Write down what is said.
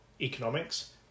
economics